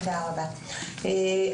והרבה מאוד מהמידע שנשאל גם מופיע בתוכו.